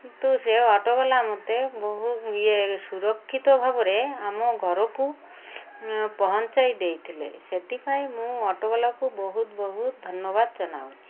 କିନ୍ତୁ ସେ ଅଟୋବାଲା ମୋତେ ବହୁ ଇଏ ସୁରକ୍ଷିତ ଭାବରେ ଆମ ଘରକୁ ପହଞ୍ଚାଇ ଦେଇଥିଲେ ସେଥିପାଇଁ ମୁଁ ଅଟୋବାଲାକୁ ବହୁତ ବହୁତ ଧନ୍ୟବାଦ ଜଣାଉଛି